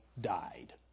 died